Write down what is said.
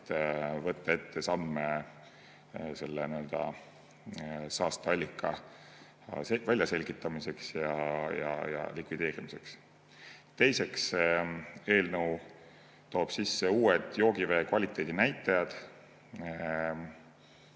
võtta ette samme saasteallika väljaselgitamiseks ja likvideerimiseks. Teiseks, see eelnõu toob sisse uued joogivee kvaliteedi näitajad,